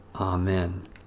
Amen